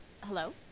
hello